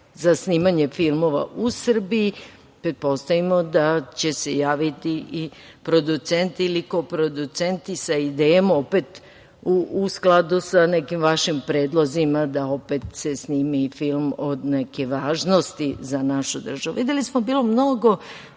za snimanje filmova u Srbiji. Pretpostavimo da će se javiti i producenti ili ko producenti sa idejama, opet u skladu sa nekim vašim predlozima da se snimi film od neke važnosti za našu državu. Videli smo, bilo je mnogo